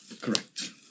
Correct